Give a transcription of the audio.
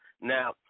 Now